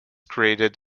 created